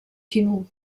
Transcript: kino